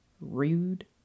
rude